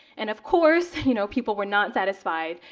and of course you know people were not satisfied.